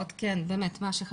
הנתונים.